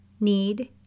need